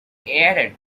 added